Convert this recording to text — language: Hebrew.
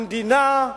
המדינה,